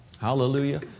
Hallelujah